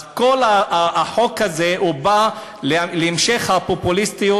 אז כל החוק הזה בא להמשך הפופוליסטיות